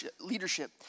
leadership